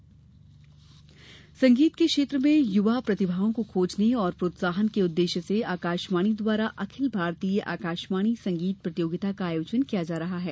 अकाशवाणी संगीत प्रतियोगिता संगीत के क्षेत्र में युवा प्रतिभाओं को खोजने और प्रोत्साहन के उद्देश्य से आकाशवाणी द्वारा अखिल भारतीय आकाशवाणी संगीत प्रतियोगिता का आयोजन किया जा रहा है